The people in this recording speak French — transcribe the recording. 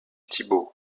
thibault